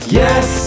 yes